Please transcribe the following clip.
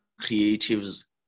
creatives